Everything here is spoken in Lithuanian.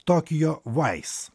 tokijo vais